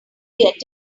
get